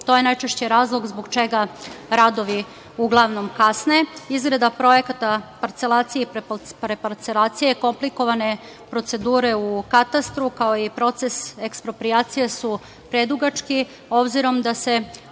to je najčešće razlog zbog čega radovi uglavnom kasne. Izrada projekata parcelacije i preparcelacije, komplikovane procedure u katastru, kao i proces eksproprijacije su predugački, obzirom da se